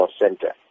Center